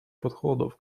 подходов